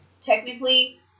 technically